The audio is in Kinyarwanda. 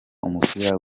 umupira